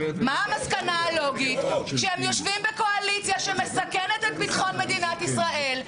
מה המסקנה הלוגית שהם יושבים בקואליציה שמסכנת את ביטחון מדינת ישראל,